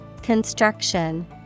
Construction